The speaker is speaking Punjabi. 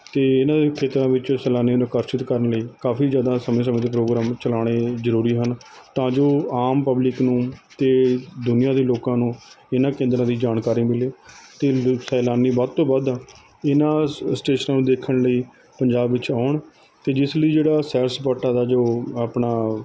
ਅਤੇ ਇਹਨਾਂ ਦੇ ਖੇਤਰਾਂ ਵਿੱਚੋਂ ਸੈਲਾਨੀਆਂ ਨੂੰ ਆਕਰਸ਼ਿਤ ਕਰਨ ਲਈ ਕਾਫੀ ਜ਼ਿਆਦਾ ਸਮੇਂ ਸਮੇਂ 'ਤੇ ਪ੍ਰੋਗਰਾਮ ਚਲਾਉਣੇ ਜ਼ਰੂਰੀ ਹਨ ਤਾਂ ਜੋ ਆਮ ਪਬਲਿਕ ਨੂੰ ਅਤੇ ਦੁਨੀਆ ਦੇ ਲੋਕਾਂ ਨੂੰ ਇਹਨਾਂ ਕੇਂਦਰਾਂ ਦੀ ਜਾਣਕਾਰੀ ਮਿਲੇ ਸੈਲਾਨੀ ਵੱਧ ਤੋਂ ਵੱਧ ਇਹਨਾਂ ਸ ਸਟੇਸ਼ਨਾਂ ਨੂੰ ਦੇਖਣ ਲਈ ਪੰਜਾਬ ਵਿੱਚ ਆਉਣ ਅਤੇ ਜਿਸ ਲਈ ਜਿਹੜਾ ਸੈਰ ਸਪਾਟਾ ਦਾ ਜੋ ਆਪਣਾ